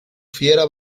fiera